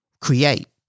create